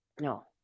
No